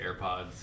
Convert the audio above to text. AirPods